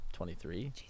23